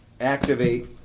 activate